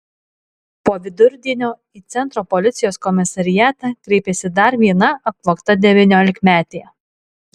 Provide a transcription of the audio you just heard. po vidurdienio į centro policijos komisariatą kreipėsi dar viena apvogta devyniolikmetė